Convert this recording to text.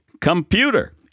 computer